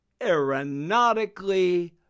aeronautically